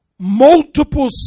multiple